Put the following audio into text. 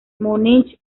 munich